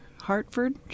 Hartford